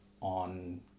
on